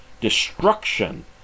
destruction